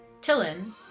Tillin